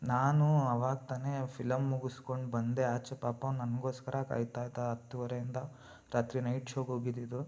ನಾನು ಆವಾಗ ತಾನೇ ಫಿಲಮ್ ಮುಗಿಸ್ಕೊಂಡು ಬಂದೆ ಆಚೆ ಪಾಪ ನನಗೋಸ್ಕರ ಕಾಯ್ತಾ ಇದ್ದ ಹತ್ತೂವರೆಯಿಂದ ರಾತ್ರಿ ನೈಟ್ ಶೋಗೆ ಹೋಗಿದ್ದಿದ್ದು